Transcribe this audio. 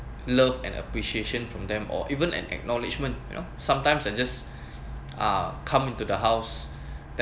love and appreciation from them or even an acknowledgment you know sometimes I just uh come into the house